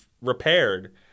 repaired